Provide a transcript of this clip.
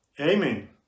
Amen